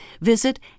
visit